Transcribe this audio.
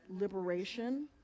liberation